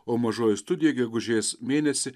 o mažoji studija gegužės mėnesį